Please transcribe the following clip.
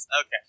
Okay